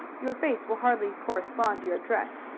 your face will hardly correspond to your dress,